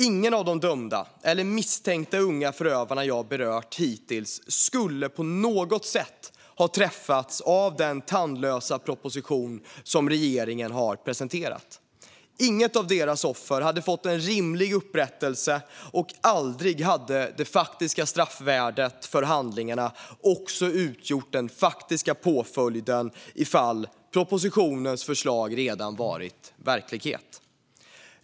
Ingen av dömda eller misstänkta unga förövare jag hittills berört skulle på något sätt ha träffats av den tandlösa proposition som regeringen har presenterat. Inget av deras offer hade fått en rimlig upprättelse, och aldrig hade det faktiska straffvärdet för handlingarna också utgjort den faktiska påföljden om regeringens förslag redan varit verklighet.